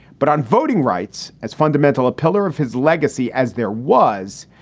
but on voting rights as fundamental a pillar of his legacy as there was,